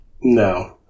No